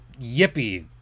yippee